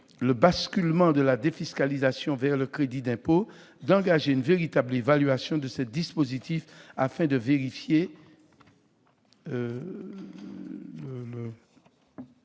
le basculement de la défiscalisation vers le crédit d'impôt, d'engager une véritable évaluation de ces dispositifs. La parole